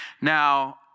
Now